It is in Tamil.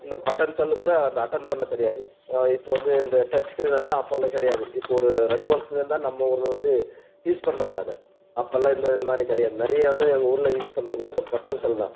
இந்த பட்டன் செல்லுக்கூட அதை அட்டன் பண்ணத்தெரியாது இப்போ வந்து இந்த டச் ஸ்கிரீனெல்லாம் அப்போல்லாம் கிடையாது இப்போ ஒரு ரெண்டு வருஷத்துலேருந்துதான் நம்ம ஊரில் வந்து யூஸ் பண்ணுறாங்க அதை அப்போல்லாம் இந்த இந்தமாதிரி கிடையாது நிறைய வந்து எங்கள் ஊர்ல யூஸ் பண்ணுறது வந்து பட்டன் செல்தான்